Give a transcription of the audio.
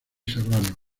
serranos